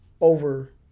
over